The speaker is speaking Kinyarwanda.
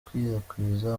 gukwirakwiza